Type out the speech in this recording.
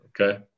Okay